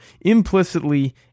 implicitly